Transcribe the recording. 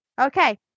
Okay